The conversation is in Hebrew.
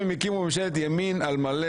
הם הקימו ממשלת ימין על מלא,